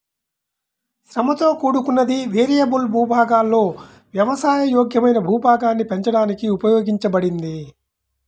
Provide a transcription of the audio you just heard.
శ్రమతో కూడుకున్నది, వేరియబుల్ భూభాగాలలో వ్యవసాయ యోగ్యమైన భూభాగాన్ని పెంచడానికి ఉపయోగించబడింది